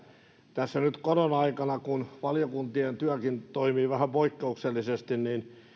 tässä nyt korona aikana kun valiokuntien työkin toimii vähän poikkeuksellisesti